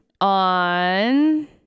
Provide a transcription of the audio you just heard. on